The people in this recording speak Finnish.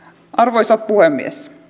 arvoisa puhemies